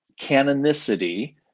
canonicity